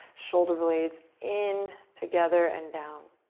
shoulder blades in, together, and down.